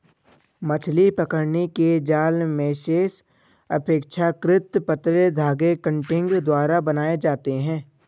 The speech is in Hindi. मछली पकड़ने के जाल मेशेस अपेक्षाकृत पतले धागे कंटिंग द्वारा बनाये जाते है